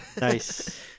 Nice